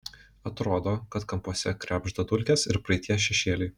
atrodo kad kampuose krebžda dulkės ir praeities šešėliai